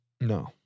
No